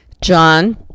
John